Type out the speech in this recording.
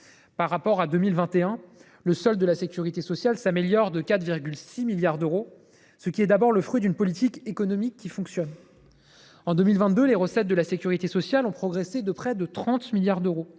Par rapport à 2021, le solde de la sécurité sociale s’améliore de 4,6 milliards d’euros. C’est d’abord le fruit d’une politique économique qui fonctionne. En 2022, les recettes de la sécurité sociale ont progressé de près de 30 milliards d’euros.